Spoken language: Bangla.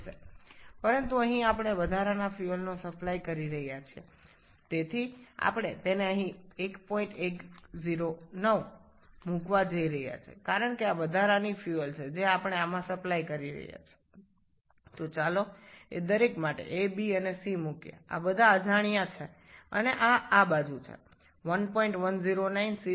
তবে এখানে আমরা অতিরিক্ত পরিমাণে জ্বালানী সরবরাহ করছি তাই আমরা এটি এখানে ১১০৯ রেখে যাচ্ছি কারণ এটি অতিরিক্ত পরিমাণে জ্বালানী যা আমরা এতে সরবরাহ করছি